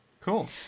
Cool